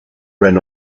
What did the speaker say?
ran